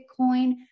Bitcoin